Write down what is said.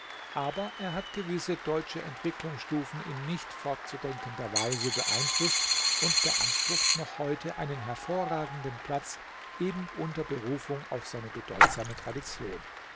aber er hat gewisse deutsche entwicklungsstufen in nicht fortzudenkender weise beeinflußt und beansprucht noch heute einen hervorragenden platz eben unter berufung auf seine bedeutsame tradition